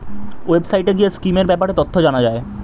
ওয়েবসাইটে গিয়ে স্কিমের ব্যাপারে তথ্য জানা যায়